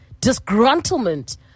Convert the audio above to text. disgruntlement